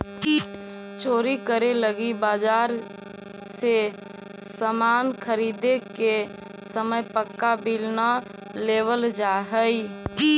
चोरी करे लगी बाजार से सामान ख़रीदे के समय पक्का बिल न लेवल जाऽ हई